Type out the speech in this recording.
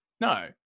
no